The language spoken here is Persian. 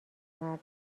مردم